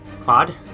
Claude